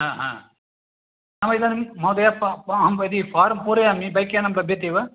हा हा नाम इदानीं महोदय अ अहं यदि फार्म् पूरयामि बैक्यानं लभ्यते वा